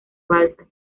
balsas